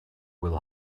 will